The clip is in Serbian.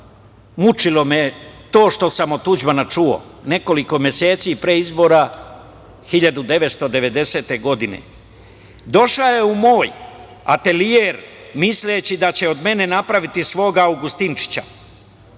Mučilo me je to što sam od Tuđmana čuo nekoliko meseci pre izbora 1990. godine. Došao je u moj atelijer, misleći da će od mene napraviti svog Augustinčića